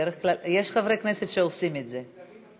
בדרך כלל יש חברי כנסת שעושים את זה.